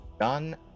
Done